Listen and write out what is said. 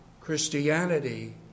Christianity